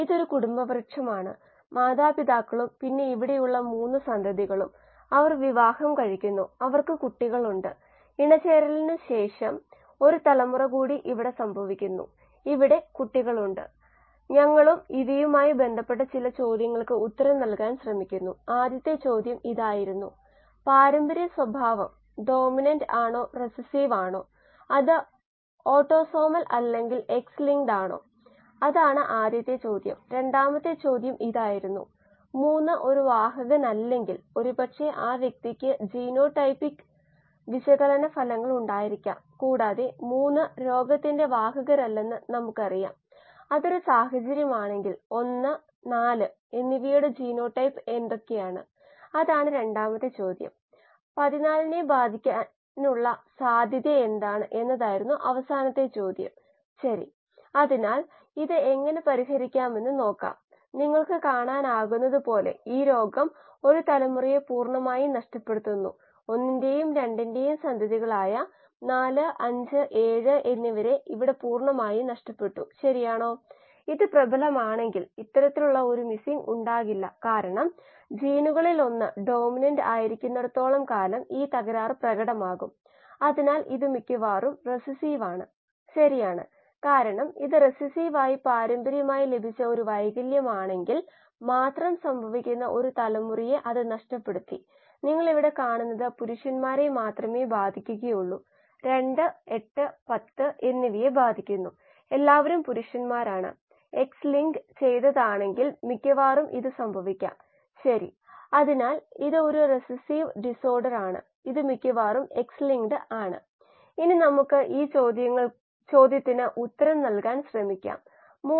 ഇനിപ്പറയുന്ന സമവാക്യത്തിൽ CHmOl a NH3 b O2 → yx CHpOnNq yp CHrOsNt c H2O d CO2 കോശ oxygen yield coefficient കണക്കാക്കുക Yx oഎന്നത് 𝛤𝑠 𝛤𝑥 𝛤𝑝 𝜖 𝜂 𝜁